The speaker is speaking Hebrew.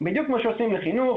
בדיוק כמו שעושים בחינוך,